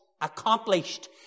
accomplished